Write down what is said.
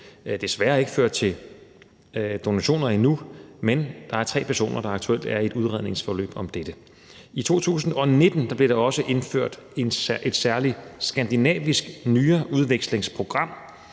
desværre endnu ikke ført til donationer, men der er tre personer, der aktuelt er i et udredningsforløb om dette. I 2019 blev der også indført et særligt skandinavisk nyreudvekslingsprogram,